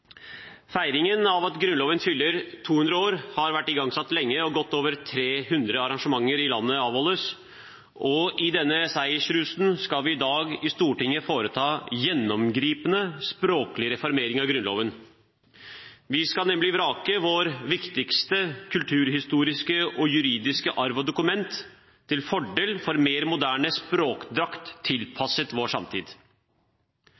Feiringen av at Grunnloven fyller 200 år har vært igangsatt lenge, og godt over 300 arrangementer i landet skal avholdes. I denne seiersrusen skal vi i dag i Stortinget foreta gjennomgripende språklig reformering av Grunnloven. Vi skal nemlig vrake vår viktigste kulturhistoriske og juridiske arv, vårt viktigste kulturhistoriske og juridiske dokument, til fordel for en mer moderne språkdrakt